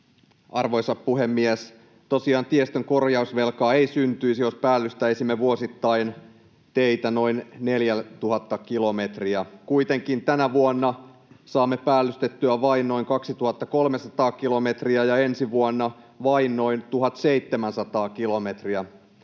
Arvoisa puhemies! Tosiaan tiestön korjausvelkaa ei syntyisi, jos päällystäisimme vuosittain teitä noin 4 000 kilometriä. Kuitenkin tänä vuonna saamme päällystettyä vain noin 2 300 kilometriä ja ensi vuonna vain noin 1 700 kilometriä.